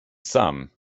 some